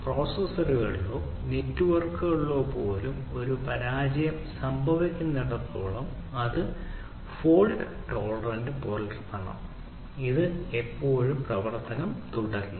പ്രോസസ്സറുകളിലോ നെറ്റ്വർക്കിലോ പോലും ഒരു പരാജയം സംഭവിക്കുന്നിടത്തോളം അത് ഫോൾട് ടോളറൻറ് പുലർത്തണം അത് ഇപ്പോഴും പ്രവർത്തിക്കുന്നത് തുടരണം